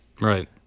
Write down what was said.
Right